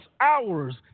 hours